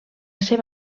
seu